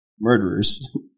murderers